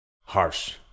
Harsh